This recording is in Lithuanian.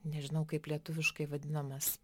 nežinau kaip lietuviškai vadinamas